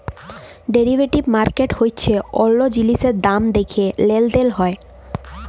derivative market হচ্যে অল্য জিলিসের দাম দ্যাখে লেলদেল হয়